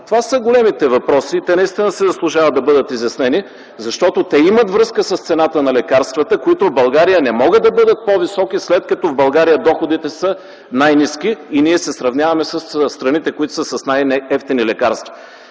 Това са големите въпроси, които си заслужава да бъдат изяснени, защото имат връзка с цената на лекарствата, които в България не бива да бъдат по-високи, след като в България доходите са най-ниски и се сравняваме със страните с най-скъпи лекарства.